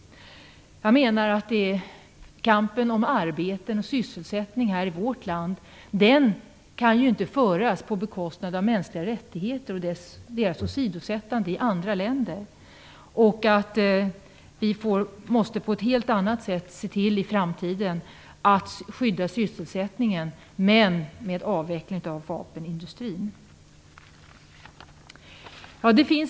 Jag menar att kampen om arbete och sysselsättning här i vårt land kan inte föras till priset av att mänskliga rättigheter åsidosätts i andra länder. Vi måste i framtiden se till att skydda sysselsättningen på ett helt annat sätt och med avveckling av vapenindustrin.